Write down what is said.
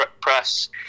press